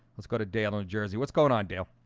let's go to dale in jersey. what's going on dale?